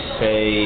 say